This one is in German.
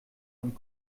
und